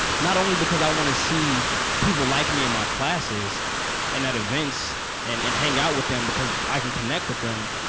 not only because i want to see people like me in my classes and at events and and hang out with them because i can connect with them,